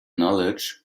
knowledge